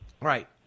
Right